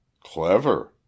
Clever